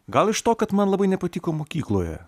gal iš to kad man labai nepatiko mokykloje